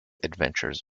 adventures